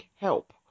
help